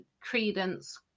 credence